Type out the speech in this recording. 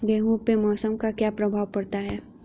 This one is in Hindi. गेहूँ पे मौसम का क्या प्रभाव पड़ता है?